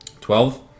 Twelve